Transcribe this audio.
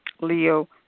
Leo